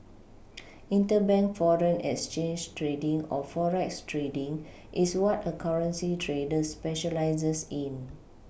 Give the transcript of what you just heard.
interbank foreign exchange trading or forex trading is what a currency trader specialises in